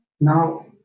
now